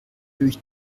durch